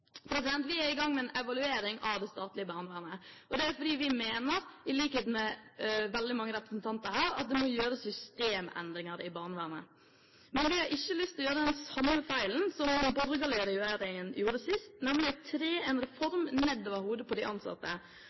Vi er i gang med en evaluering av det statlige barnevernet, fordi vi mener, i likhet med veldig mange representanter her, at det må gjøres systemendringer i barnevernet. Men vi har ikke lyst til å gjøre den samme feilen som den borgerlige regjeringen gjorde sist, nemlig å tre en reform ned over hodet på de ansatte.